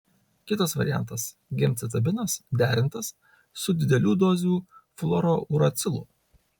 kitas variantas gemcitabinas derintas su didelių dozių fluorouracilu